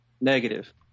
negative